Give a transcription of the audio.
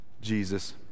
Jesus